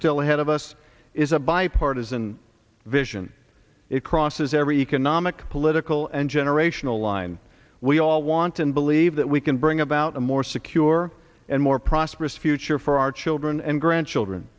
still ahead of us is a bipartisan vision it crosses every economic political and generational line we all want and believe that we can bring about a more secure and more prosperous future for our children and grandchildren